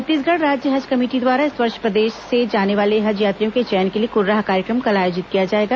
छत्तीसगढ़ राज्य हज कमेटी द्वारा इस वर्ष प्रदेश से जाने वाले हज यात्रियों के चयन के लिए कुर्राह कार्यक्रम कल आयोजित किया जाएगा